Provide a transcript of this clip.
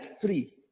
three